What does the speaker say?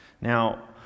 Now